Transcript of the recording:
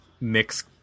mix